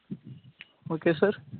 okay sir